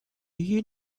you